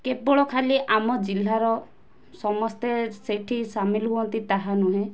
କେବଳ ଖାଲି ଆମ ଜିଲ୍ଲାର ସମସ୍ତେ ସେଇଠି ସାମିଲ୍ ହୁଅନ୍ତି ତାହା ନୁହେଁ